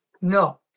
No